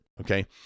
Okay